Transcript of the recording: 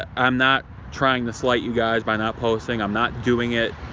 i'm not trying to slight you guys by not posting, i'm not doing it,